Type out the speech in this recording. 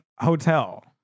Hotel